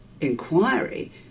inquiry